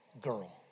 girl